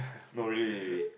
no really really really